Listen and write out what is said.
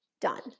done